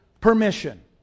permission